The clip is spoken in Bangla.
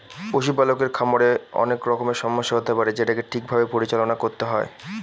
পশুপালকের খামারে অনেক রকমের সমস্যা হতে পারে যেটাকে ঠিক ভাবে পরিচালনা করতে হয়